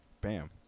bam